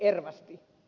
ervasti